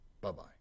Bye-bye